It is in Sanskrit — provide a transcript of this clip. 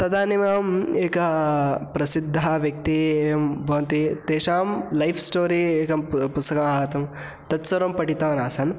तदानीमेव एकः प्रसिद्धः व्यक्तिः एवं भवन्ति तेषां लैफ़् स्टोरि एकं पु पुस्सकं आगतं तत् सर्वं पठितवान् आसन्